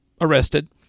arrested